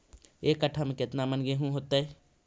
एक कट्ठा में केतना मन गेहूं होतै?